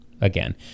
again